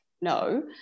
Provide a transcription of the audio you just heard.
no